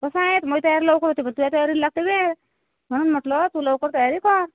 कसंय माझी तयारी लवकर होते तुझ्या तयारीला लागते वेळ म्हनून म्हटलं तू लवकर तयारी कर